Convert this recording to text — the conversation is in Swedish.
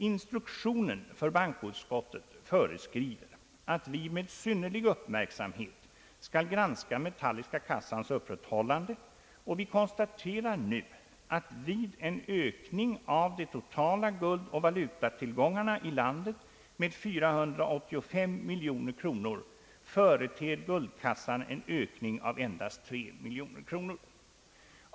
Instruktionen för bankoutskottet föreskriver att vi med synnerlig uppmärksamhet skall granska metalliska kassans upprätthållande. Vi konstaterar nu att vid en ökning av de totala guldoch valutatillgångarna i landet med 485 miljoner kronor företer guldkassan en ökning med endast 3 miljoner kronor.